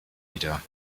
wieder